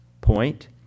point